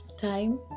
time